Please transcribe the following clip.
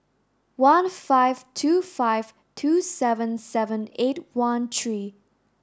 one five two five two seven seven eight one three